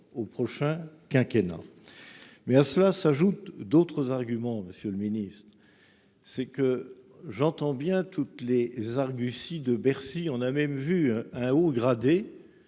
au prochain quinquennat. Mais à cela s'ajoutent d'autres arguments. Monsieur le Ministre. C'est que j'entends bien toutes les arguties de Bercy, on a même vu un haut gradé.